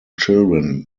children